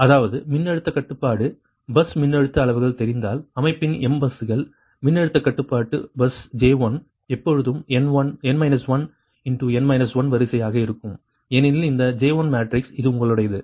அதாவது மின்னழுத்தக் கட்டுப்பாடு பஸ் மின்னழுத்த அளவுகள் தெரிந்தால் அமைப்பின் m பஸ்கள் மின்னழுத்தக் கட்டுப்பாட்டு பஸ் J1 எப்போதும் n 1 வரிசையாக இருக்கும் ஏனெனில் இந்த J1 மேட்ரிக்ஸ் இது உங்களுடையது